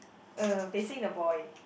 uh facing the boy